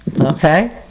Okay